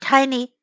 Tiny